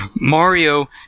Mario